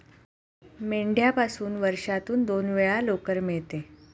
मेंढ्यापासून वर्षातून दोन वेळा लोकर मिळते